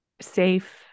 Safe